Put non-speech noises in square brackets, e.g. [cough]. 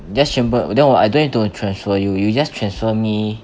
that's [noise] then I don't need to transfer you you just transfer me